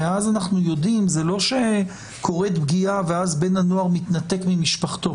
ואז אנחנו יודעים זה לא שקורית פגיעה ואז הנער מתנתק ממשפחתו.